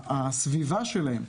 הסביבה שלהם,